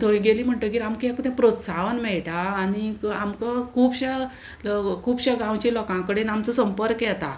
थंय गेलीं म्हणटगीर आमकां एक तें प्रोत्साहन मेळटा आनीक आमकां खुबश्या खुबश्या गांवच्या लोकां कडेन आमचो संपर्क येता